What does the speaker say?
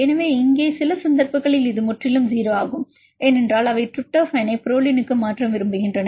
எனவே இங்கே சில சந்தர்ப்பங்களில் இது முற்றிலும் 0 ஆகும் ஏனென்றால் அவை டிரிப்டோபனை புரோலினுக்கு மாற்ற விரும்புகின்றன